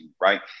right